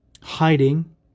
hiding